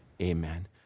Amen